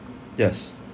yes